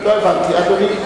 לא הבנתי, אדוני.